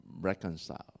reconcile